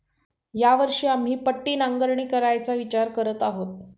या वर्षी आम्ही पट्टी नांगरणी करायचा विचार करत आहोत